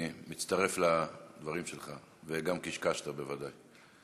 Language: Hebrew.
אני מצטרף לדברים שלך, וגם קישקשתא, בוודאי.